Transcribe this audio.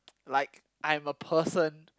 like I'm a person